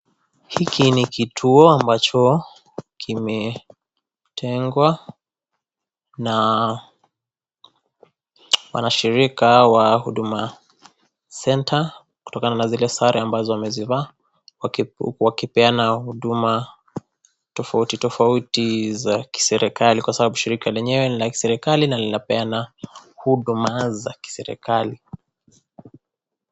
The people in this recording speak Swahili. Hiki ni kituo ambacho kimetengwa na wanashirika wa huduma (cs)senta(cs)kutokana na zile sare ambazo wamezivaa wakipeana huduma tofautitofauti za kiserikali kwa sababu shirika lenyewe ni la kiserikali na linapeana huduma za kiserikali.